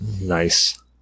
Nice